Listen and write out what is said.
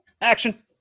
Action